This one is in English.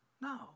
No